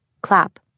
Clap